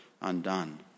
undone